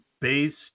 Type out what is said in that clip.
based